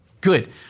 Good